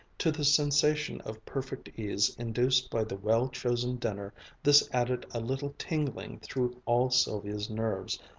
to the sensation of perfect ease induced by the well-chosen dinner this added a little tingling through all sylvia's nerves,